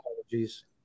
apologies